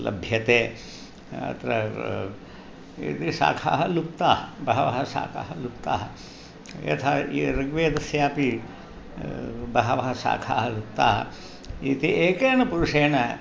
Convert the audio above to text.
लभ्यते अत्र एते शाखाः लुप्ताः बहवः शाखाः लुप्ताः यथा ऋग्वेदस्यापि बहवः शाखाः लुप्ताः एते एकेन पुरुषेण